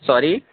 sorry